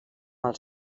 els